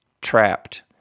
trapped